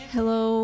Hello